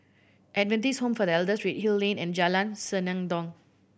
Adventist Home for the Elder Redhill Lane and Jalan Senandong